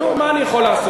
נו, מה אני יכול לעשות?